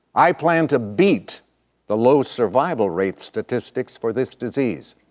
i plan to beat the low survival rate statistics for this disease.